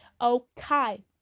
Okay